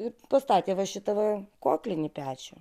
ir pastatė va šitą va koklinį pečių